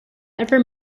ever